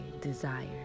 desire